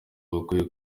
bakwiye